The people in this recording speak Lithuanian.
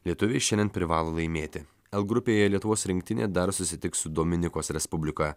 lietuviai šiandien privalo laimėti l grupėje lietuvos rinktinė dar susitiks su dominikos respublika